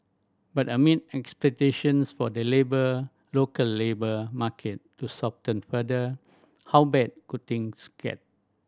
but amid expectations for the labour local labour market to soften further how bad could things get